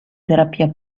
terapia